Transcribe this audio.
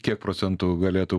kiek procentų galėtų